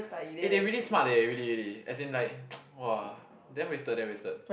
eh they really smart eh really really as in like !wah! damn wasted damn wasted